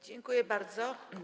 Dziękuję bardzo.